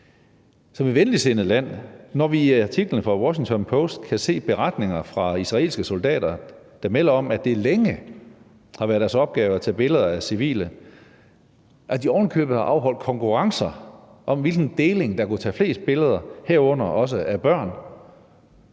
som et venligsindet land, når vi i artiklen fra The Washington Post kan se beretninger fra israelske soldater, der melder om, at det længe har været deres opgave at tage billeder af civile, og at de ovenikøbet har afholdt konkurrencer om, hvilken deling der kunne tage flest billeder, herunder også af børn,